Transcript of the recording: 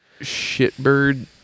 shitbird